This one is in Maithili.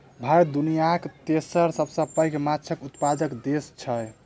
भारत दुनियाक तेसर सबसे पैघ माछक उत्पादक देस छै